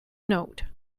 note